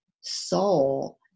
soul